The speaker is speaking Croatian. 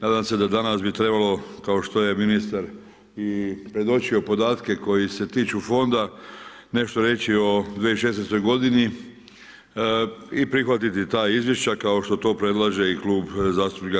Nadam se da danas bi trebalo kao što je ministar i predočio podatke koji se tiču fonda nešto reći o 2016. godini i prihvatiti ta izvješća kao što to predlaže i Klub zastupnika